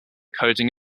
coding